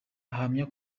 ahamya